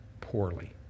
Poorly